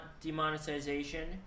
demonetization